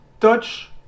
touch